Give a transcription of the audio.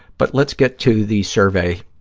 but let's get to the survey,